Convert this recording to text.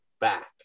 back